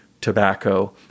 tobacco